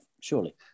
Surely